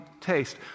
taste